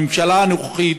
בממשלה הנוכחית,